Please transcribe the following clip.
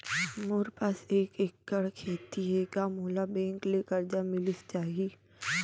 मोर पास एक एक्कड़ खेती हे का मोला बैंक ले करजा मिलिस जाही?